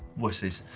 wusses,